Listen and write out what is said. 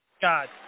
God